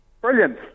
Brilliant